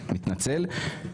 אני מתנצל.